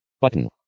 button